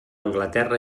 anglaterra